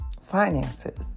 finances